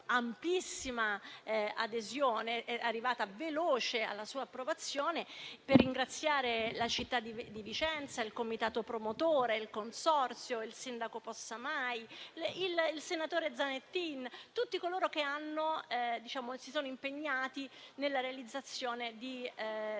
un'amplissima adesione ed è arrivato velocemente alla sua approvazione, per ringraziare inoltre la città di Vicenza, il comitato promotore, il consorzio e il sindaco Possamai, il senatore Zanettin e tutti coloro che si sono impegnati nella realizzazione di questa